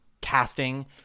casting